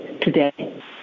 today